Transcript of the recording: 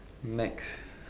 next